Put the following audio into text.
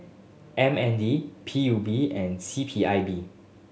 M N D P U B and C P I B